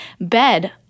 bed